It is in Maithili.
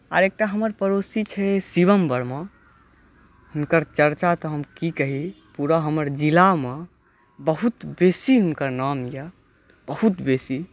आर एकटा हमर पड़ोसी छै शिवम् वर्मा हुनकर चर्चा तऽ हम की कही पुरा हमर जिलामे बहुत बेसी हिनकर नाम यऽ बहुत बेसी